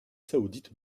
saoudite